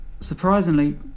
Surprisingly